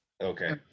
Okay